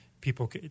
people